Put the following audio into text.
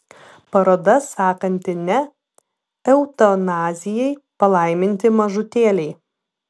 paroda sakanti ne eutanazijai palaiminti mažutėliai